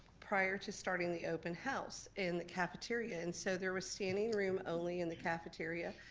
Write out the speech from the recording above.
prior to starting the open house in the cafeteria, and so there was standing room only in the cafeteria,